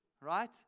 Right